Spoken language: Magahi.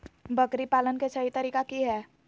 बकरी पालन के सही तरीका की हय?